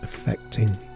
affecting